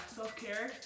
self-care